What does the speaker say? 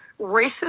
racist